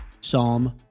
Psalm